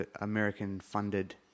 American-funded